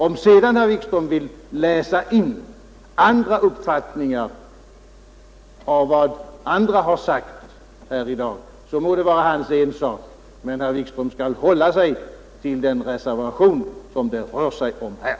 Om herr Wikström sedan vill läsa in andra uppfattningar i vad andra sagt här i dag, så må det vara hans ensak, men herr Wikström skall hålla sig till den reservation det rör sig om här.